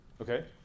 Okay